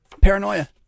paranoia